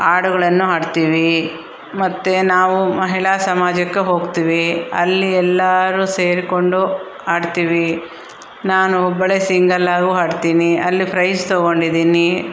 ಹಾಡುಗಳನ್ನು ಹಾಡ್ತೀವಿ ಮತ್ತು ನಾವು ಮಹಿಳಾ ಸಮಾಜಕ್ಕೆ ಹೋಗ್ತೀವಿ ಅಲ್ಲಿ ಎಲ್ಲಾರು ಸೇರ್ಕೊಂಡು ಹಾಡ್ತೀವಿ ನಾನು ಒಬ್ಬಳೆ ಸಿಂಗಲ್ಲಾಗು ಹಾಡ್ತೀನಿ ಅಲ್ಲಿ ಪ್ರೈಝ್ ತೊಗೊಂಡಿದೀನಿ